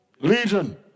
Legion